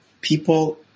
people